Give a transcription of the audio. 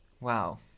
Wow